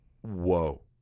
Whoa